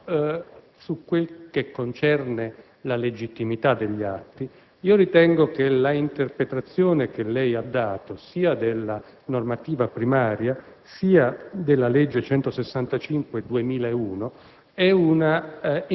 In secondo luogo, per quel che concerne la legittimità degli atti, ritengo che l'interpretazione che lei ha dato, sia della normativa primaria, sia del legge n. 165 del 2001,